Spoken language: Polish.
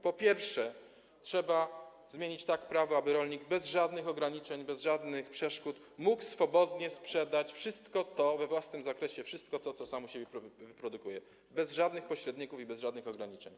Po pierwsze, trzeba tak zmienić prawo, aby rolnik bez żadnych ograniczeń, bez żadnych przeszkód mógł swobodnie sprzedawać we własnym zakresie wszystko to, co sam u siebie wyprodukuje, bez żadnych pośredników i bez żadnych ograniczeń.